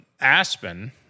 Aspen